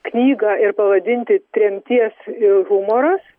knygą ir pavadinti tremties humoras